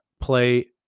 play